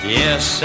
yes